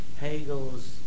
Hegel's